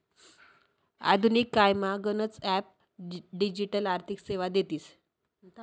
आधुनिक कायमा गनच ॲप डिजिटल आर्थिक सेवा देतीस